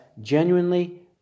genuinely